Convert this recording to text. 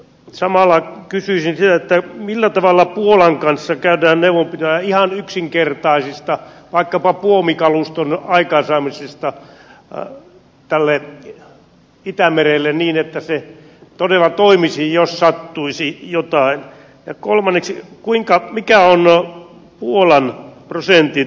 samalla kysyisin syöttää millä tavalla puolan kanssa käydään neuvonpitoa ihan yksinkertaisista vaikkapa puomikaluston aikaansaamisesta al galleri itämerelle niin että se todella toimisi jos sattuisi jotain ja kolmanneksi kuinka mikä heillä on puolen prosentin